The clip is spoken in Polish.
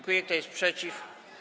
Kto jest przeciw?